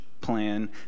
plan